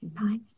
Nice